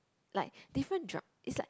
like different drug it's like